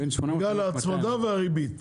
בגלל ההצמדה והריבית.